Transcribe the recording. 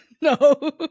No